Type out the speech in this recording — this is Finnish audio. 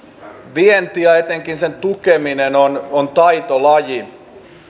vienti ja etenkin sen tukeminen on on taitolaji